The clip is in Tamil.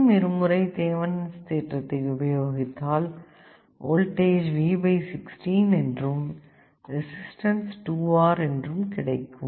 மற்றும் இருமுறை தேவனின்ஸ் தேற்றத்தை உபயோகித்தால் வோல்டேஜ் V 16 மற்றும் ரெசிஸ்டன்ஸ் 2R கிடைக்கும்